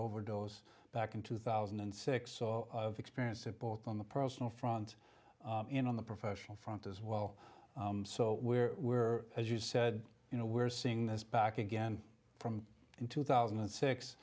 overdose back in two thousand and six so experience support on the personal front on the professional front as well so we're we're as you said you know we're seeing this back again from in two thousand and six